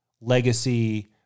Legacy